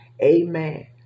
Amen